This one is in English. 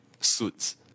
suits